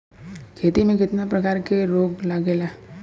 खेती में कितना प्रकार के रोग लगेला?